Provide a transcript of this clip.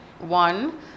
One